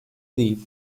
değil